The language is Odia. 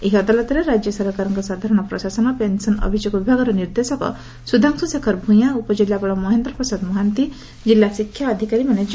ଏହି ଅଦାଲତରେ ରାଜ୍ୟ ସରକାରଙ୍କ ସାଧାରଣ ପ୍ରଶାସନ ପେନ୍ସନ୍ ଅଭିଯୋଗ ବିଭାଗର ନିର୍ଦ୍ଦେଶକ ସୁଧାଂଶୁ ଶେଖର ଭୂୟାଁ ଉପଜିଲ୍ଲାପାଳ ମହେନ୍ଦ୍ର ପ୍ରସାଦ ମହାନ୍ତି କିଲ୍ଲା ଶିକ୍ଷା ଅଧିକାରୀମାନେ ଯୋଗ ଦେଇଥିଲେ